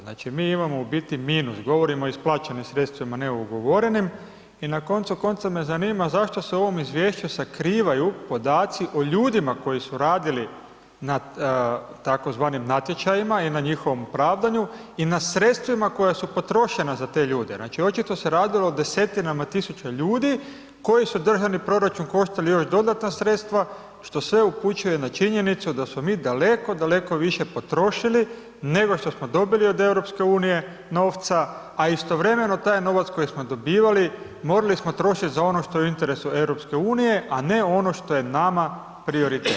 Znači mi imamo u biti minus, govorimo o isplaćenim sredstvima, ne ugovorenim, i na koncu konca me zanima zašto se u ovom izvješću sakrivaju podaci o ljudima koji su radili na tzv. natječajima i na njihovom pravdanju i na sredstvima koja su potrošena za te ljude, znači očito se radilo o desetinama tisuća ljudi koji su državni proračun koštali još dodatna sredstva, što sve upućuje na činjenicu da smo mi daleko, daleko više potrošili nego što smo dobili od EU novca, a istovremeno taj novac koji smo dobivali, morali smo trošiti za ono što je u interesu EU, a ne ono što je nama prioritet.